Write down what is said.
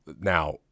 now